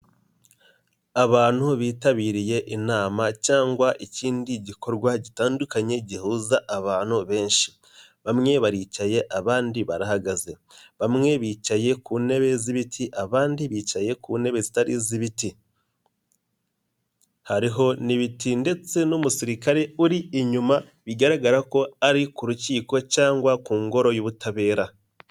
Abantu bitabiriye inama cyangwa ikindi gikorwa gitandukanye gihuza abantu benshi, bamwe baricaye abandi barahagaze, bamwe bicaye ku ntebe z'ibiti abandi bicaye ku ntebe zitari iz'ibiti, hariho n'ibiti ndetse n'umusirikare uri inyuma bigaragara ko ari ku rukiko cyangwa ku ngoro y'ubutabera.